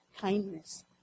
kindness